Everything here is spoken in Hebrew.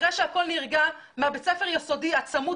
אחרי שהכול נרגע מבית הספר היסודי הצמוד